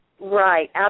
Right